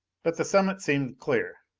but the summit seemed clear.